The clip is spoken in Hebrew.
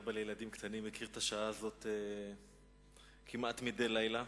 מאוחרת, כאבא לילדים קטנים אני מכיר את השעה הזאת כמעט מדי לילה.